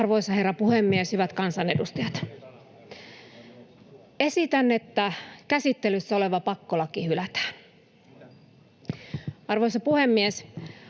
Arvoisa herra puhemies! Hyvät kansanedustajat! Esitän, että käsittelyssä oleva pakkolaki hylätään. Arvoisa puhemies!